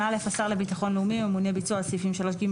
(א) השר לביטחון לאומי ממונה על ביצוע סעיפים 3ג,